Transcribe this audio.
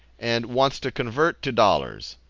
and wants to convert to dollars.